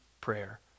prayer